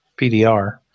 PDR